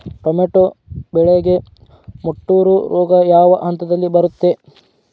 Tomato ಬೆಳೆಗೆ ಮುಟೂರು ರೋಗ ಯಾವ ಹಂತದಲ್ಲಿ ಬರುತ್ತೆ?